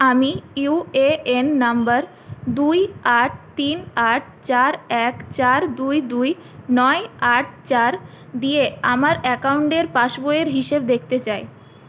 আমি UAN number দুই আট তিন আট চার এক চার দুই দুই নয় আট চার দিয়ে আমার অ্যাকাউন্টের পাসবইয়ের হিসেব দেখতে চাই